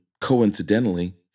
coincidentally